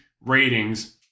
ratings